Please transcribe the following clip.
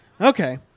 Okay